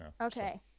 Okay